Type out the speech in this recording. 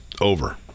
over